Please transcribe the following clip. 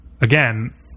again